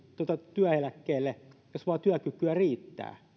työeläkkeelle jos vain työkykyä riittää